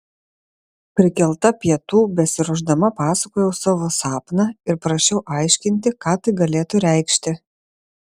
prikelta pietų besiruošdama pasakojau savo sapną ir prašiau aiškinti ką tai galėtų reikšti